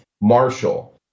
Marshall